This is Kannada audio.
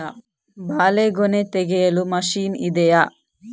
ಬಾಳೆಗೊನೆ ತೆಗೆಯಲು ಮಷೀನ್ ಇದೆಯಾ?